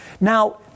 Now